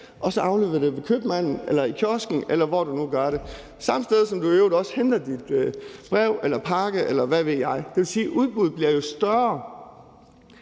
og så afleverer du det ved købmanden eller i kiosken, eller hvor du gør det. Det er samme sted, som du i øvrigt også henter dit brev eller din pakke, eller hvad ved jeg. Det vil sige, at udbuddet bliver større.